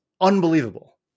unbelievable